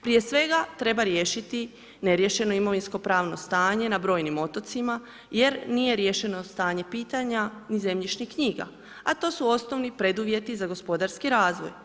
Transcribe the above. Prije svega treba riješiti neriješeno imovinsko pravno stanje na brojnim otocima jer nije riješeno stanje pitanja zemljišnih knjiga a to su osnovni preduvjeti za gospodarski razvoj.